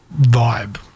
vibe